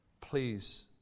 please